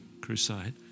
crusade